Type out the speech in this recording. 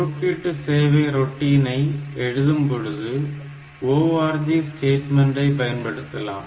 குறுக்கீட்டு சேவை ரொட்டீனை எழுதும்பொழுதும் org ஸ்டேட்மன்ரை பயன்படுத்தலாம்